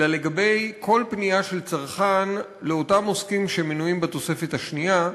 אלא לגבי כל פנייה של צרכן לאותם עוסקים שמנויים בתוספת השנייה,